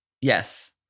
Yes